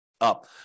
up